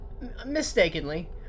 mistakenly